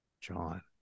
john